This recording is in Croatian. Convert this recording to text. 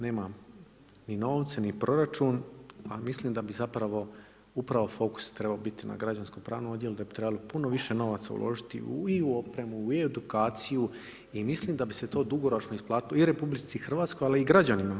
Nema ni novce, ni proračun, a mislim da bi zapravo upravo fokus trebao biti na građanskopravnom odjelu da bi trebalo puno više novaca uložiti i u opremu, i u edukaciju i mislim da bi se to dugoročno isplatilo i Republici Hrvatskoj, ali i građanima.